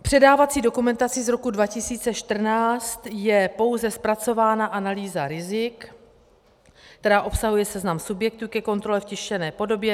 V předávací dokumentaci z roku 2014 je pouze zpracována analýza rizik, která obsahuje seznam subjektů ke kontrole v tištěné podobě.